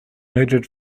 noted